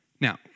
Now